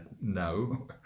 no